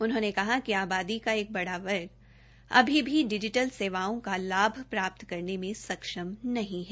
उन्होंने कहा कि आबादी का एक बड़ा वर्ग अभी भी डिजिटल सेवाओं का लाभ प्राप्त करेन में सक्ष्म नहीं है